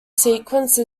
sequence